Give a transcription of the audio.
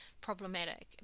problematic